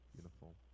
Beautiful